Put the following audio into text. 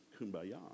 kumbaya